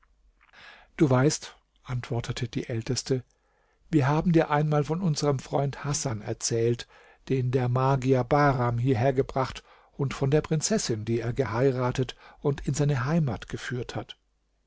du weißt antwortete die älteste wir haben dir einmal von unserem freund hasan erzählt den der magier bahram hierher gebracht und von der prinzessin die er geheiratet und in seine heimat geführt hat